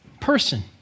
person